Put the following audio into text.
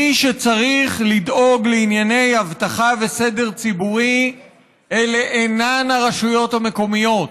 מי שצריך לדאוג לענייני אבטחה וסדר ציבורי אלה אינן הרשויות המקומיות.